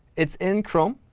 it's in chrome.